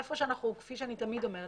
כפי שאני תמיד אומרת,